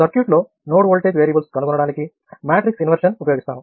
సర్క్యూట్లో node voltage variables కనుగొనడానికి matrix inversion ఉపయోగిస్తాము